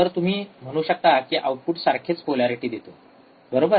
तर तुम्ही म्हणू शकता की आउटपुट सारखेच पोलॅरिटी देतो बरोबर